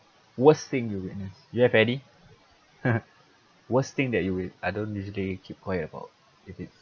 worst thing you witness you have any worst thing that you will I don't usually keep quiet about if it's